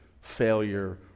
failure